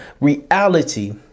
reality